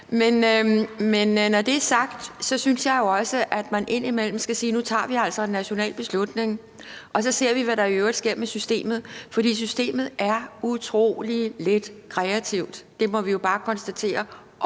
Men når det er sagt, synes jeg jo også, at man indimellem skal sige, at nu tager vi altså en national beslutning, og så ser vi, hvad der i øvrigt sker med systemet. For systemet er utrolig lidt kreativt. Det må vi jo bare konstatere